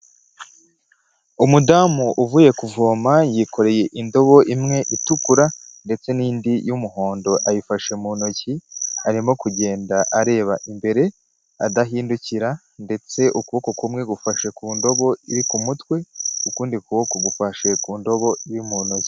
Umudamu uvuye kuvoma yikoreye indobo imwe itukura ndetse n'indi y'umuhondo ayifashe mu ntoki, arimo kugenda areba imbere adahindukira ndetse ukuboko kumwe gufashe ku ndobo iri ku mutwe, ukundi kuboko gufashe ku ndobo iri mu ntoki.